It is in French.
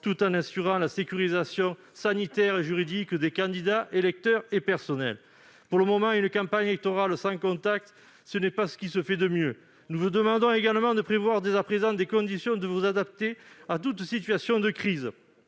tout en assurant la sécurisation sanitaire et juridique des candidats, électeurs et personnels. Pour le moment, une campagne électorale sans contact, ce n'est pas ce qui se fait de mieux. Nous vous demandons également de prévoir dès à présent des conditions permettant de nous adapter à toutes les situations de crise.